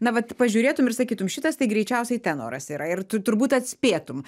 na vat pažiūrėtum ir sakytum šitas tai greičiausiai tenoras yra ir tu turbūt atspėtum